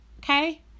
Okay